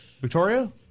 Victoria